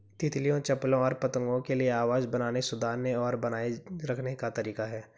तितलियों, चप्पलों और पतंगों के लिए आवास बनाने, सुधारने और बनाए रखने का तरीका है